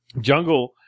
jungle